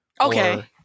Okay